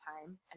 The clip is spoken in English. time